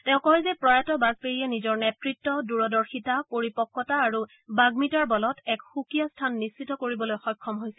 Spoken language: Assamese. তেওঁ কয় যে প্ৰয়াত বাজপেয়ীয়ে নিজৰ নেতৃত দূৰদৰ্শিতা পৰিপক্কতা আৰু বাণ্মিতাৰ বলত এক সুকীয়া স্থান নিশ্চিত কৰিবলৈ সক্ষম হৈছিল